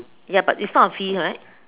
ya but it's not a V right